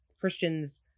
christians